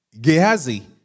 Gehazi